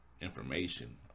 information